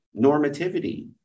normativity